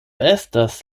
estas